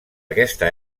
aquesta